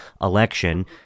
Election